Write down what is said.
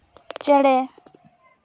ᱪᱮᱬᱮ